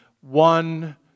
one